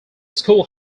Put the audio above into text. school